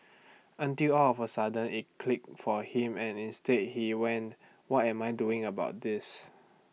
until all of A sudden IT click for him and instead he went what am I doing about this